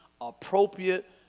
appropriate